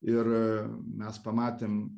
ir mes pamatėm